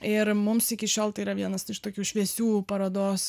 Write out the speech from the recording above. ir mums iki šiol tai yra vienas iš tokių šviesių parodos